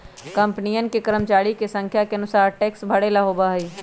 कंपनियन के कर्मचरिया के संख्या के अनुसार टैक्स भरे ला होबा हई